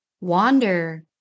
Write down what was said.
wander